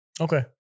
Okay